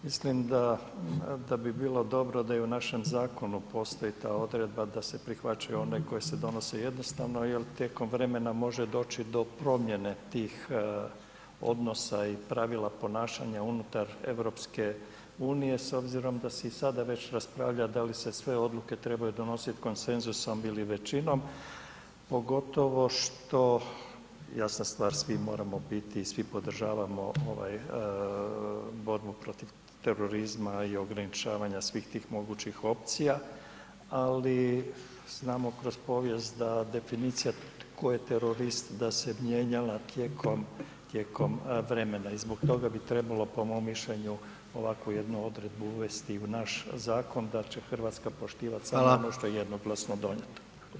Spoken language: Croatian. Mislim da bi bilo dobro da i u našem zakonu postoji ta odredba da se prihvaćaju one koje se donose jednostrano jel tijekom vremena može doći do promijene tih odnosa i pravila ponašanja unutar EU s obzirom da se i sada već raspravlja da li se sve odluke trebaju donosit konsenzusom ili većinom, pogotovo što, jasna stvar svi moramo biti, svi podržavamo ovaj borbu protiv terorizma i ograničavanja svih tih mogućih opcija, ali znamo kroz povijest da definicija tko je terorist da se mijenjala tijekom vremena i zbog toga bi trebalo, po mom mišljenju, ovakvu jednu odredbu uvesti i u naš zakon da će RH poštivati [[Upadica: Hvala]] samo ono što je jednoglasno donijeto.